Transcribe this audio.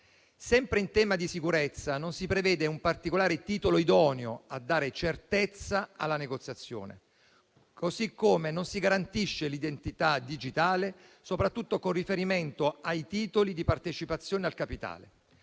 Sempre in tema di sicurezza, non si prevede un particolare titolo idoneo a dare certezza alla negoziazione, così come non si garantisce l'identità digitale, soprattutto con riferimento ai titoli di partecipazione al capitale.